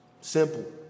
Simple